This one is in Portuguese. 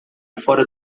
fora